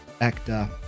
actor